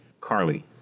Carly